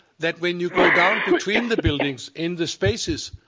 that when you go down between the buildings in the spaces,